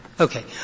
Okay